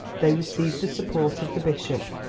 they received the support of the bishop,